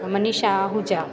Manisha Ahuja